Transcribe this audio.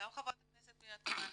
גם חברת הכנסת פנינה תמנו,